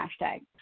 hashtag